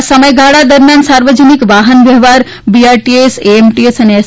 આ સમયગાળા દરમિયાન સાર્વજનિક વાહન વ્યવહાર બીજઆરટીએસ એએમટીએસ અને એસ